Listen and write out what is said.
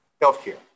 Healthcare